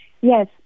Yes